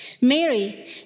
Mary